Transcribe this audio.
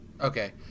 Okay